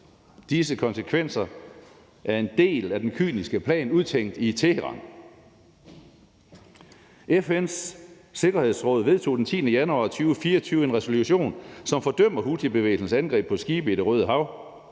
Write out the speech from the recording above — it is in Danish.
Disse konsekvenser er en del af den kyniske plan udtænkt i Teheran. FN's Sikkerhedsråd vedtog den 10. januar 2024 en resolution, som fordømmer houthibevægelsens angreb på skibe i Det Røde Hav.